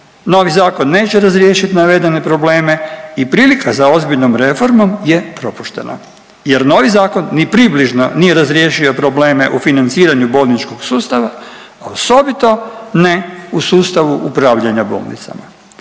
Novi zakon neće razriješiti navedene probleme i prilika za ozbiljnom reformom je propuštena jer novi zakon ni približno nije razriješio probleme u financiranju bolničkog sustava, a osobito ne u sustavu upravljanja bolnicama.